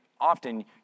often